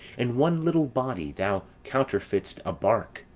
in one little body thou counterfeit'st a bark,